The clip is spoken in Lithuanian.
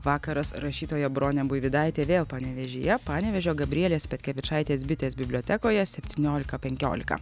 vakaras rašytoja bronė buivydaitė vėl panevėžyje panevėžio gabrielės petkevičaitės bitės bibliotekoje septyniolika penkiolika